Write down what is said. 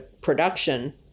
production